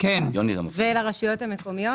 במשק ולרשויות המקומיות,